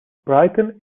brighton